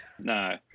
No